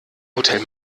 hotel